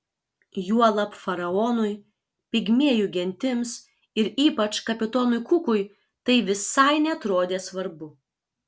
juolab faraonui pigmėjų gentims ir ypač kapitonui kukui tai visai neatrodė svarbu